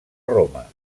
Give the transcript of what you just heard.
roma